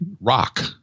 rock